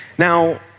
Now